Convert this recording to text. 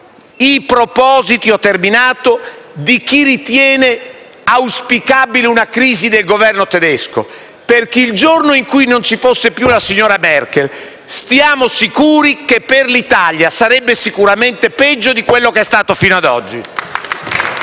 i propositi di chi ritiene auspicabile una crisi del Governo tedesco, perché il giorno in cui non ci fosse più la signora Merkel, siamo sicuri che per l'Italia sarebbe sicuramente peggio di quello che è stato fino ad oggi.